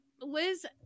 Liz